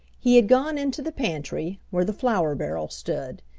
he had gone into the pantry, where the flour barrel stood.